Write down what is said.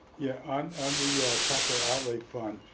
yeah. ah um on the capital outlay fund,